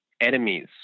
enemies